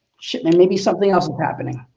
shit man, maybe something else is happening.